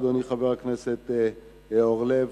אדוני חבר הכנסת אורלב,